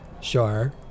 Sure